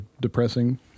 depressing